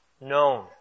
known